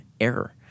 error